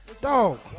Dog